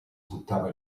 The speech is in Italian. buttava